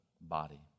body